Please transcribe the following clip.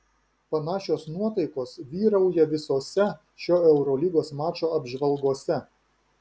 panašios nuotaikos vyrauja visose šio eurolygos mačo apžvalgose